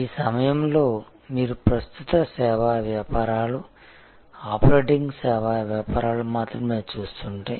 ఈ సమయంలో మీరు ప్రస్తుత సేవా వ్యాపారాలు ఆపరేటింగ్ సేవా వ్యాపారాలు మాత్రమే చూస్తుంటే